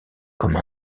comme